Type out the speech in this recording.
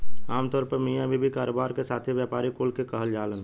आमतौर पर मिया बीवी, कारोबार के साथी, व्यापारी कुल के कहल जालन